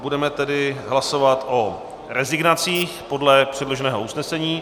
Budeme tedy hlasovat o rezignacích podle předloženého usnesení.